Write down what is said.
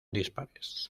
dispares